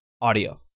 audio